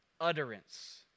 utterance